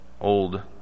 old